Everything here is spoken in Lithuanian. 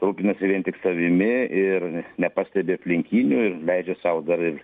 rūpinasi vien tik savimi ir nepastebi aplinkinių leidžia sau dar ir